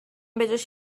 بجاش